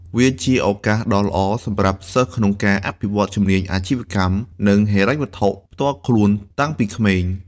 វាជាឱកាសដ៏ល្អសម្រាប់សិស្សក្នុងការអភិវឌ្ឍជំនាញអាជីវកម្ម និងហិរញ្ញវត្ថុផ្ទាល់ខ្លួនតាំងពីក្មេង។